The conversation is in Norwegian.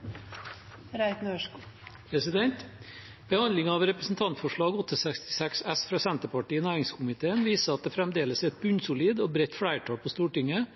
bredt flertall på Stortinget